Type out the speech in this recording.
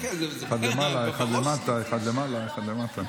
להגיד, אבל עכשיו נתת לי משפט סיכום.